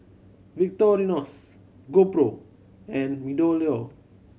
Victorinox GoPro and MeadowLea